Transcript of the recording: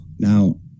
Now